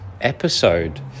episode